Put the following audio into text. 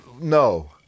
No